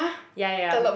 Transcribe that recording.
ya ya ya